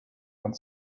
went